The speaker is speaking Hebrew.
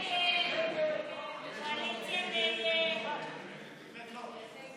הצעת סיעת הרשימה המשותפת